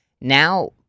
Now